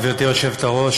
גברתי היושבת-ראש,